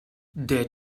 der